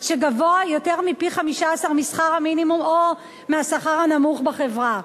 שגבוה יותר מפי-15 משכר המינימום או מהשכר הנמוך בחברה.